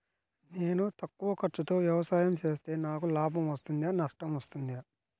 నేను తక్కువ ఖర్చుతో వ్యవసాయం చేస్తే నాకు లాభం వస్తుందా నష్టం వస్తుందా?